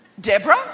Deborah